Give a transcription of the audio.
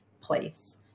place